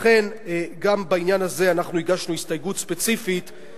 לכן גם בעניין הזה אנחנו הגשנו הסתייגות ספציפית,